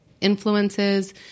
influences